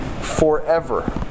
forever